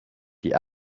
die